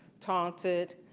taunted,